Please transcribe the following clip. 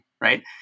right